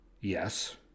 Yes